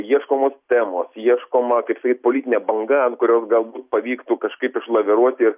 ieškomos temos ieškoma kaip sakyt politinė banga ant kurios galbūt pavyktų kažkaip išlaviruoti